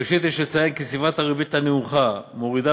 ראשית יש לציין כי סביבת הריבית הנמוכה מורידה